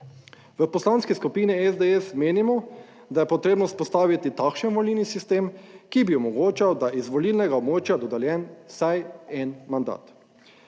V Poslanski skupini SDS menimo, da je potrebno vzpostaviti takšen volilni sistem, ki bi omogočal, da je iz volilnega območja dodeljen vsaj en mandat.